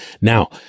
Now